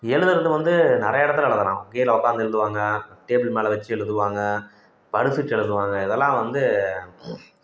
எழுதுகிறது வந்து நிறையா இடத்துல எழுதலாம் கீழே உட்காந்து எழுதுவாங்க டேபிள் மேலே வச்சி எழுதுவாங்க படுத்துகிட்டு எழுதுவாங்க இதெல்லாம் வந்து